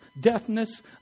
deafness